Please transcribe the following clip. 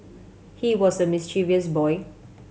he was a mischievous boy